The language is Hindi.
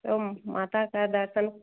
तो हम माता का दर्शन